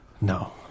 No